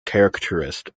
caricaturist